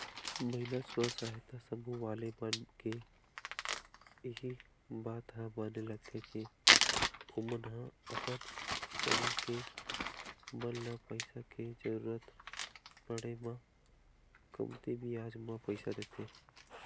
महिला स्व सहायता समूह वाले मन के इही बात ह बने लगथे के ओमन ह अपन समूह के मन ल पइसा के जरुरत पड़े म कमती बियाज म पइसा देथे